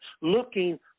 looking